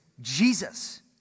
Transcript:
Jesus